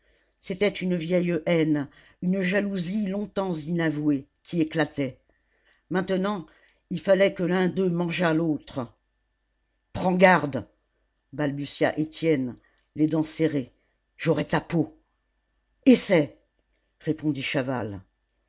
c'était une vieille haine une jalousie longtemps inavouée qui éclatait maintenant il fallait que l'un des deux mangeât l'autre prends garde balbutia étienne les dents serrées j'aurai ta peau essaie répondit chaval